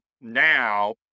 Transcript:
now